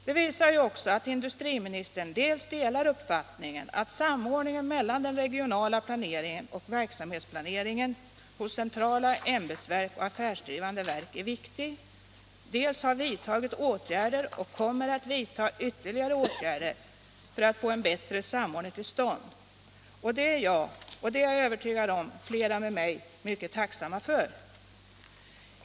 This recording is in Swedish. Det visar ju också att industriministern dels instämmer i uppfattningen att samordningen mellan den regionala planeringen och verksamhetsplaneringen vid centrala ämbetsverk och affärsdrivande verk är viktig, dels har vidtagit åtgärder och kommer att vidta ytterligare åtgärder för att få en bättre samordning till stånd. Detta är jag och, det är jag övertygad om, flera med mig mycket tacksamma för.